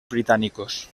británicos